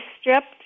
stripped